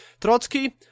Trotsky